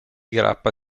grappa